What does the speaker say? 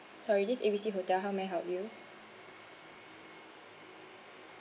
sorry this is A B C hotel how may I help you